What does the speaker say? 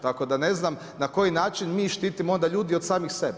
Tako da ne znam, na koji način mi štitimo onda ljudi od samih sebe?